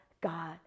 God